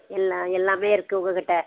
எல்லாம் எல்லாமே இருக்குது உங்கள் கிட்டே